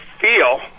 feel